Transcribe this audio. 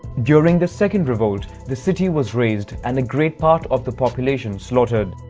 during the second revolt, the city was razed and a great part of the population slaughtered.